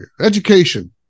Education